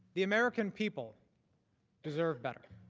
the american people deserve better.